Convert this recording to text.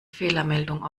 fehlermeldung